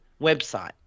website